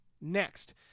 Next